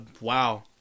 Wow